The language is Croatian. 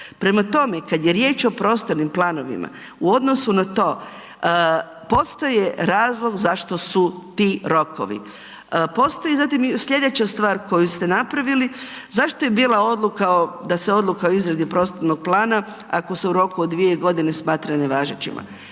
Prema tome, kad je riječ o prostornim planovima, u odnosu na to postaje razlog zašto su ti rokovi. Postoje zatim i sljedeća stvar koju ste napravili, zašto je bila odluka da se odluka o izradi prostornog plana, ako se u roku od 2 godine smatra nevažećima?